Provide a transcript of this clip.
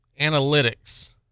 analytics